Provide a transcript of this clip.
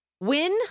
win